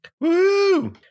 Woo